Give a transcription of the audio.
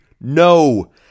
No